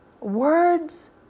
words